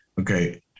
okay